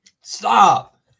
stop